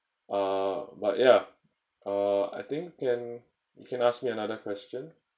uh but yeah uh I think can you can ask me another question